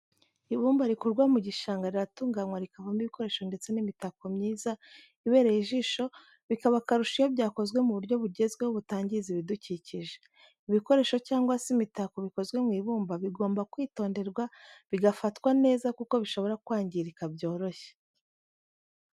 Ibumba rikurwa mu gishanga riratunganywa rikavamo ibikoresho ndetse n'imitako myiza ibereye ijisho, bikaba akarusho iyo byakozwe mu buryo bugezweho butangiza ibidukikije. Ibikoresho cyangwa se imitako bikozwe mu ibumba bigomba kwitonderwa bigafatwa neza kuko bishobora kwangirika byoroshye.